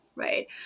right